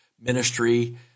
ministry